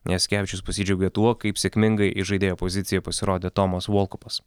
jasikevičius pasidžiaugė tuo kaip sėkmingai įžaidėjo pozicijoj pasirodė tomas volkupas